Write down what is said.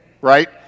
Right